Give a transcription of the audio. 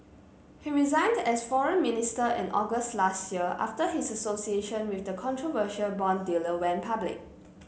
he resigned as foreign minister in August last year after his association with the controversial bond dealer went public